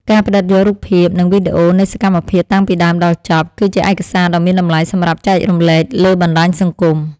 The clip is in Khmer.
ការផ្ដិតយករូបភាព និងវីដេអូនៃសកម្មភាពតាំងពីដើមដល់ចប់ គឺជាឯកសារដ៏មានតម្លៃសម្រាប់ចែករំលែកលើបណ្ដាញសង្គម។